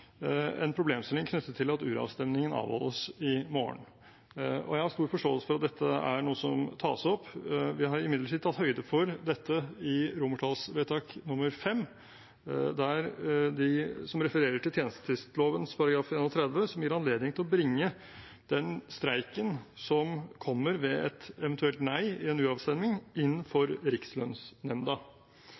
en problemstilling knyttet til at uravstemningen avholdes i morgen. Jeg har stor forståelse for at dette er noe som tas opp. Vi har imidlertid tatt høyde for dette i romertallsvedtak V, som refererer til tjenestetvistloven § 31, som gir anledning til å bringe den streiken som kommer ved et eventuelt nei i en uravstemning, inn for Rikslønnsnemnda.